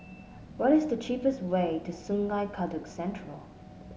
what is the cheapest way to Sungei Kadut Central